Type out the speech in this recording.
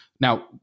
Now